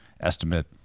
estimate